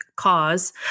cause